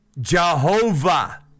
Jehovah